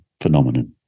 phenomenon